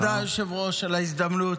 תודה, היושב-ראש, על ההזדמנות.